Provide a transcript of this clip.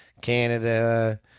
Canada